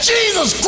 Jesus